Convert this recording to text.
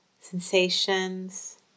sensations